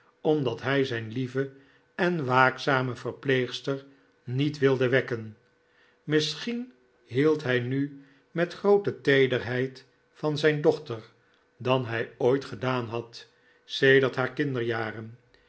omdat hij zijn lieve en waakzame verpleegster niet wilde wekken misschien hield hij nu met grootere teederheld van zijn dochter dan hij ooit gedaan had sedert haar kinderjaren